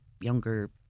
younger